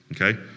okay